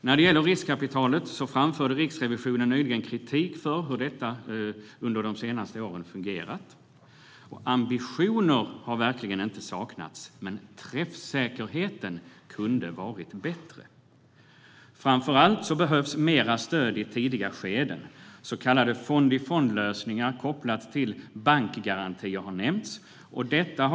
När det gäller riskkapitalet framförde Riksrevisionen nyligen kritik mot hur det fungerat under de senaste åren. Ambitioner har verkligen inte saknats, men träffsäkerheten kunde ha varit bättre. Framför allt behövs mer stöd i tidiga skeden. Så kallade fond-i-fond-lösningar kopplade till bankgarantier har nämnts.